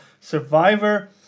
Survivor